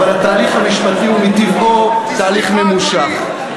אבל התהליך המשפטי הוא מטבעו תהליך ממושך.